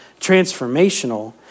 transformational